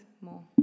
more